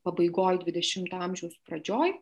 pabaigoje dvidešimto amžiaus pradžioj